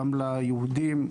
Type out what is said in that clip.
גם ליהודים,